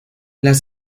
las